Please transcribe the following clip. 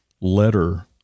letter